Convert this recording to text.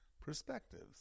Perspectives